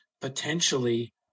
potentially